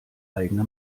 eigene